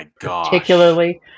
particularly